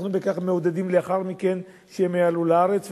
אנחנו בכך מעודדים לאחר מכן לעלות לארץ.